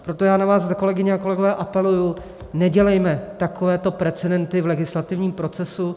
Proto já na vás, kolegyně a kolegové, apeluji, nedělejme takovéto precedenty v legislativním procesu.